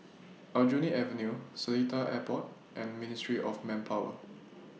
Aljunied Avenue Seletar Airport and Ministry of Manpower